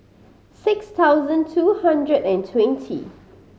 six thousand two hundred and twenty